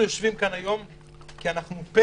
אנחנו יושבים כאן היום כי אנחנו פה